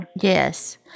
Yes